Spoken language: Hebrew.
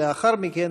לאחר מכן,